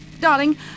Darling